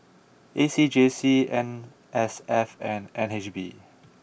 A C J C N S F and N H B